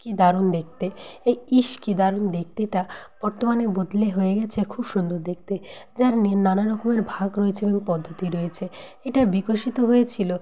কী দারুণ দেখতে এই ইস কী দারুণ দেখতেটা বর্তমানে বদলে হয়ে গেছে খুব সুন্দর দেখতে জার্নির নানান রকমের ভাগ রয়েছে এবং পদ্ধতি রয়েছে এটা বিকশিত হয়েছিলো